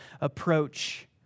approach